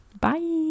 Bye